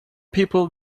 people